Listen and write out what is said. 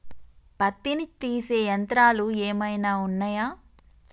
పత్తిని తీసే యంత్రాలు ఏమైనా ఉన్నయా?